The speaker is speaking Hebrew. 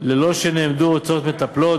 ללא שנאמדו הוצאות מטפלות,